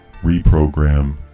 reprogram